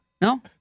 No